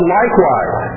likewise